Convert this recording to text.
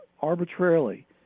arbitrarily